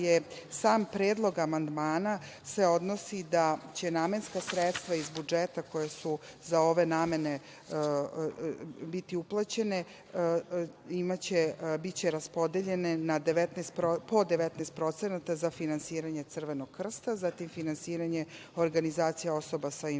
sam predlog amandmana odnosi da će namenska sredstva iz budžeta koja će za ove namene biti uplaćena, biće raspodeljena po 19% za finansiranje Crvenog krsta, zatim za finansiranje organizacija osoba sa invaliditetom,